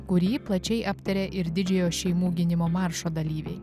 kurį plačiai aptarė ir didžiojo šeimų gynimo maršo dalyviai